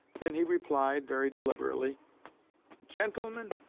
then he replied, very deliberately gentlemen,